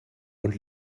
und